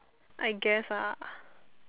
I guess ah